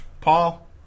Paul